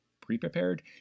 Pre-prepared